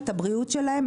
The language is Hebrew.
את הבריאות שלהם,